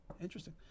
interesting